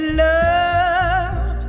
love